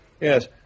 Yes